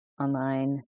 online